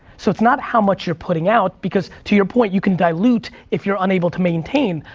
so it's not how much you're putting out, because to your point, you can dilute if you're unable to maintain.